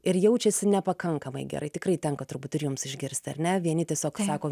ir jaučiasi nepakankamai gerai tikrai tenka turbūt ir jums išgirsti ar ne vieni tiesiog sako